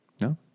No